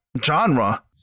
genre